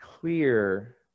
clear